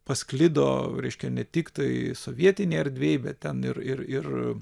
pasklido reiškia ne tik tai sovietinėj erdvėj bet ten ir ir